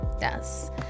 yes